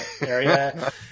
area